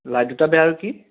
light দুটা বেয়া আৰু কি